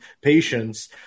patients